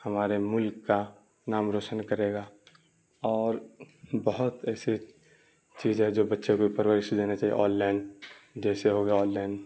ہمارے ملک کا نام روشن کرے گا اور بہت ایسے چیز ہے جو بچے کو پرورش دینی چاہیے آن لائن جیسے ہوگا آن لائن